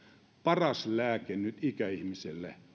paras lääke ikäihmiselle